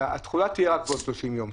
שהתחולה תהיה רק בעוד 30 יום.